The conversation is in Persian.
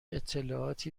اطلاعاتی